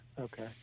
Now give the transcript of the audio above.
Okay